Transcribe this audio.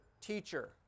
teacher